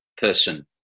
person